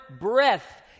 breath